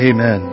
Amen